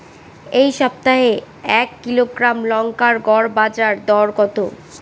এই সপ্তাহে এক কিলোগ্রাম লঙ্কার গড় বাজার দর কত?